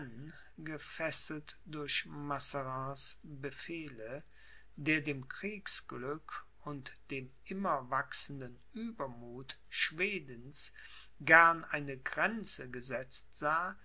gefesselt durch mazarins befehle der dem kriegsglück und dem immer wachsenden uebermuth schwedens gern eine grenze gesetzt sah